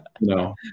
No